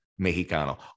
Mexicano